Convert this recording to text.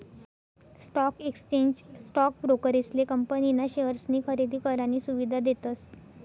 stock exchange stock ब्रोकरेसले company ना शेअर्सनी खरेदी करानी सुविधा देतस